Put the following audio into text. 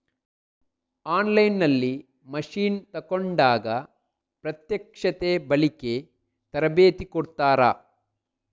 On line ನಲ್ಲಿ machine ತೆಕೋಂಡಾಗ ಪ್ರತ್ಯಕ್ಷತೆ, ಬಳಿಕೆ, ತರಬೇತಿ ಕೊಡ್ತಾರ?